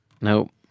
Nope